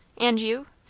and you?